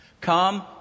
Come